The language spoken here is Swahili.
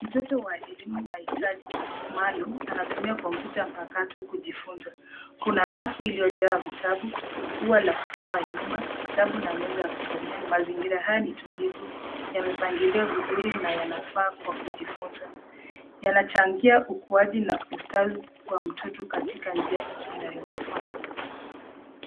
Mtoto wa elimu ya mahitaji maalum anatumia kompyuta mpakato kujifunza. Kuna rafu iliyojaa vitabu ua la kupamba nyumba, kitabu na meza ya kusomea mazingira haya ni tulivu yamepangiliwa vizuri na yanafaa kwa kujifunza. Yanachangia ukuwaji na ustawi wa mtoto katika njia inayofaa.